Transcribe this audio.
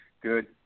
good